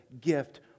gift